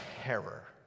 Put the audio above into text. terror